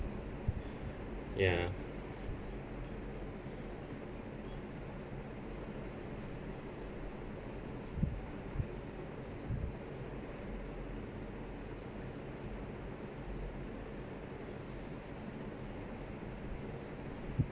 ya